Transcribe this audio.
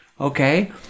Okay